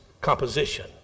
composition